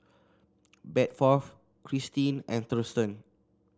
Bedford Kristine and Thurston